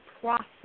process